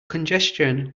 congestion